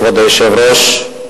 כבוד היושב-ראש,